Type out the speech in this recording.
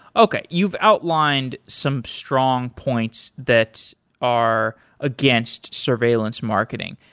okay. you've outlined some strong points that are against surveillance marketing.